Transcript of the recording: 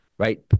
right